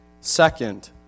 Second